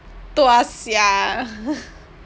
tuas sia